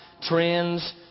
trends